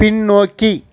பின்னோக்கி